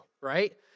right